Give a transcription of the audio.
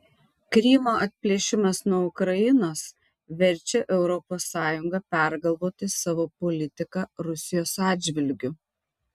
krymo atplėšimas nuo ukrainos verčia europos sąjungą pergalvoti savo politiką rusijos atžvilgiu